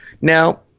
Now